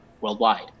worldwide